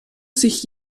sich